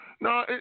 No